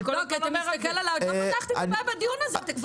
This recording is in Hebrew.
אתה מסתכל עליי עוד לפני שפתחתי בכלל את הפה בדיון הזה.